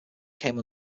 came